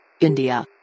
india